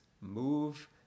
move